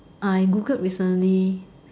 I Googled recently